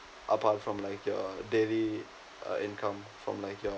apart from like your daily uh income from like your